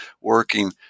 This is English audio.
working